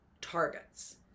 targets